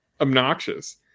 obnoxious